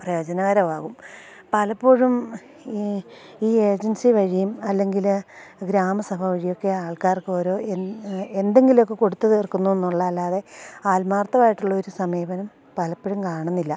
പ്രയോജനകരമാകും പലപ്പോഴും ഈ ഈ ഏജൻസി വഴിയും അല്ലെങ്കിൽ ഗ്രാമസഭ വഴിയൊക്കെ ആൾക്കാർക്കോരോ എന്തെങ്കിലൊക്കെ കൊടുത്ത് തീർക്കുന്നുള്ളതല്ലാതെ ആത്മാർത്ഥമായിട്ടുള്ളൊരു സമീപനം പലപ്പോഴും കാണുന്നില്ല